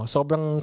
Sobrang